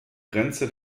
grenze